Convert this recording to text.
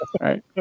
Right